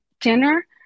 dinner